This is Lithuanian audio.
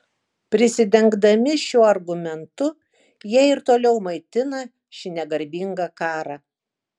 prisidengdami šiuo argumentu jie ir toliau maitina šį negarbingą karą